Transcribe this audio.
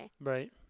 Right